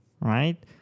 right